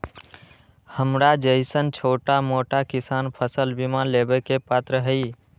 हमरा जैईसन छोटा मोटा किसान फसल बीमा लेबे के पात्र हई?